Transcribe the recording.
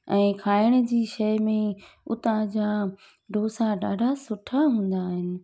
ऐं खाइण जी शइ में हुतां जा डोसा ॾाढा सुठा हूंदा आहिनि